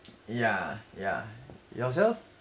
yeah yeah yourself